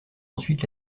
ensuite